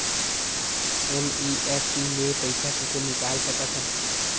NEFT ले पईसा कइसे निकाल सकत हन?